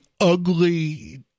ugly